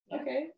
okay